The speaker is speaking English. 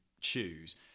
choose